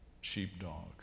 sheepdog